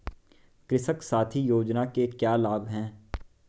कृषक साथी योजना के क्या लाभ हैं?